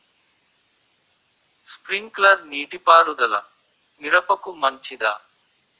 Sprinkler నీటిపారుదల మిరపకు మంచిదా?